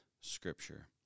Scripture